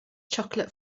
chocolate